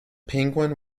penguin